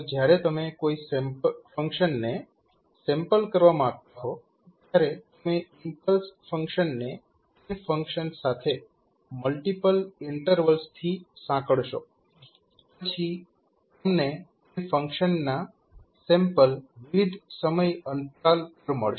તો જ્યારે તમે કોઈ ફંકશનને સેમ્પલ કરવા માંગતા હો ત્યારે તમે ઇમ્પલ્સ ફંક્શનને તે ફંક્શન સાથે મલ્ટીપલ ઈન્ટરવલ્સ થી સાંકળશો પછી તમને તે ફંક્શનના સેમ્પલ વિવિધ સમય અંતરાલો પર મળશે